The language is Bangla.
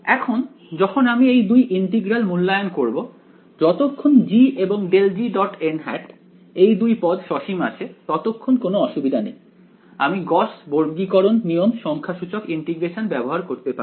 এখন যখন আমি এই দুই ইন্টিগ্রাল মূল্যায়ন করব যতক্ষণ g এবং ∇g এই দুই পদ সসীম আছে ততক্ষণ কোন অসুবিধা নেই আমি গস বর্গীকরণ নিয়ম সংখ্যাসূচক ইন্টিগ্রেশন ব্যবহার করতে পারি